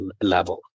level